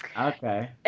Okay